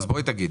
אז תגידי.